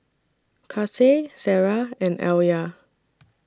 Kasih Sarah and Alya